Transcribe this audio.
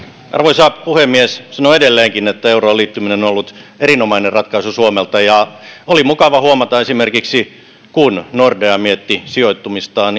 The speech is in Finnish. arvoisa puhemies sanon edelleenkin että euroon liittyminen on ollut erinomainen ratkaisu suomelta oli mukava huomata esimerkiksi kun nordea mietti sijoittumistaan